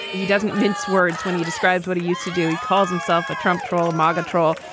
he doesn't mince words when he describes what he used to do. he calls himself a trump troll, moggach troll.